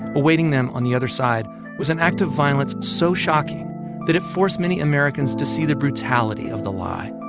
awaiting them on the other side was an act of violence so shocking that it forced many americans to see the brutality of the lie,